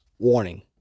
Warning